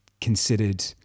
considered